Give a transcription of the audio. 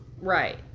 Right